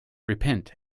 repent